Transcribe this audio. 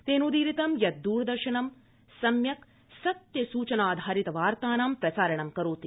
तेनोदीरितं यत् द्रदर्शनं सम्यक् सत्यसूचनाधारित वार्ताणां प्रसारणं करोति